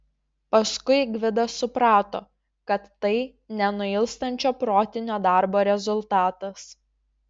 paskui gvidas suprato kad tai nenuilstančio protinio darbo rezultatas